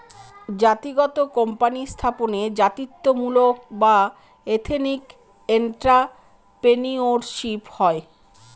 জাতিগত কোম্পানি স্থাপনে জাতিত্বমূলক বা এথেনিক এন্ট্রাপ্রেনিউরশিপ হয়